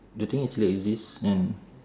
the thing actually exist then